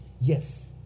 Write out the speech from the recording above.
Yes